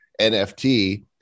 NFT